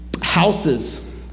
houses